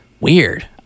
weird